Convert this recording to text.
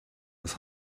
was